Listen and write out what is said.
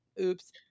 oops